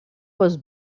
was